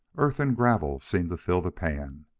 earth and gravel seemed to fill the pan.